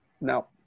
No